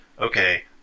okay